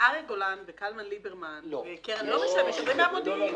אריה גולן וקלמן ליברמן וקרן נויבך משדרים ממודיעין.